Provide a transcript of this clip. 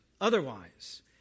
otherwise